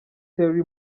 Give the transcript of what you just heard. terry